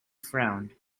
frowned